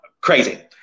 crazy